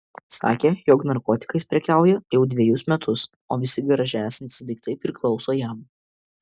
sakė jog narkotikais prekiauja jau dvejus metus o visi garaže esantys daiktai priklauso jam